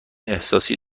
احساسی